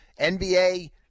NBA